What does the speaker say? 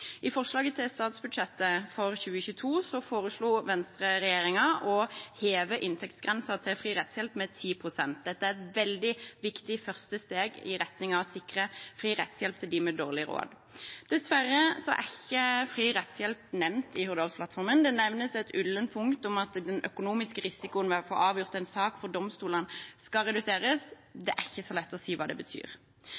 I forslaget til statsbudsjett for 2022 foreslår Venstre og altså regjeringen å heve inntektsgrensen for fri rettshjelp med 10 pst. Dette er et veldig viktig første steg i retning av å sikre fri rettshjelp for dem med dårlig råd. Dessverre er ikke fri rettshjelp nevnt i Hurdalsplattformen. Det nevnes et ullent punkt om at den økonomiske risikoen ved å få avgjort en sak for domstolene skal reduseres.